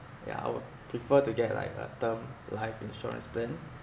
yeah I would prefer to get like a term life insurance plan